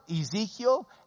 Ezekiel